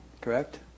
correct